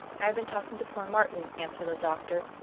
i have been talking to poor martin, answered the doctor,